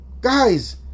guys